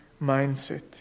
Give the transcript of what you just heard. mindset